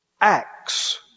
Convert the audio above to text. acts